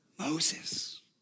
Moses